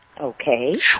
Okay